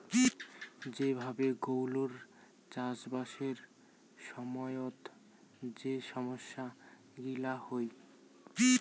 যে ভাবে গৌলৌর চাষবাসের সময়ত যে সমস্যা গিলা হই